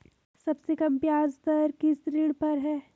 सबसे कम ब्याज दर किस ऋण पर है?